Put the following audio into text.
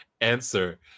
Answer